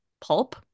Pulp